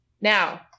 Now